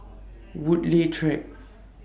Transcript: Woodleigh Track